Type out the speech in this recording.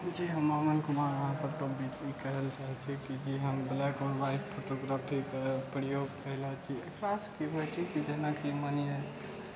जी हम अमल कुमार अहाँसभके बीच ई कहय ले चाहै छी कि जे हम ब्लैक आओर व्हाइट फोटोग्राफीके प्रयोग कएले छियै एकरासँ कि होइ छै कि जेनाकि मानि लिअ